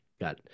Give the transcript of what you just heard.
got